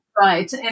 Right